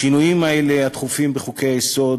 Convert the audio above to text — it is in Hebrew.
השינויים התכופים האלה בחוקי-היסוד